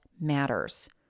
matters